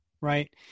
right